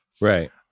Right